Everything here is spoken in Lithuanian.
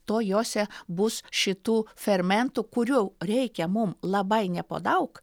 to jose bus šitų fermentų kurių reikia mum labai ne po daug